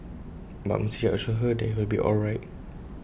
but Mister yap assures her that he'll be all right